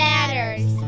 Matters